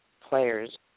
players